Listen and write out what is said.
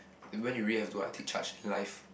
then when do we have to like take charge in life